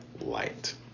light